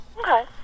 Okay